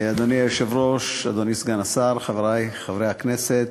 אדוני היושב-ראש, אדוני סגן השר, חברי חברי הכנסת,